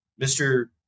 mr